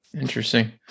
Interesting